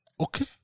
Okay